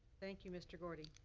thank you, mister gordy.